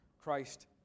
Christ